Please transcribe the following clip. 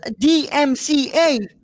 DMCA